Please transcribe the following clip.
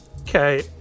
Okay